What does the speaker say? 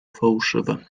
fałszywe